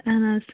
اَہَن حظ